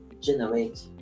generate